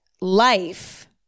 life